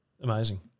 Amazing